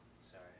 sorry